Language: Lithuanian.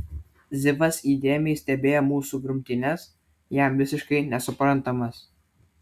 zivas įdėmiai stebėjo mūsų grumtynes jam visiškai nesuprantamas